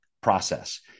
process